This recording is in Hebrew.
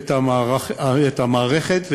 את המערכת,